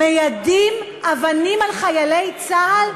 מיידים אבנים בחיילי צה"ל.